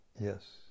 yes